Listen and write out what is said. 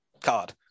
card